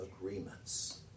agreements